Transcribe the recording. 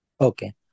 Okay